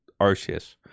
Arceus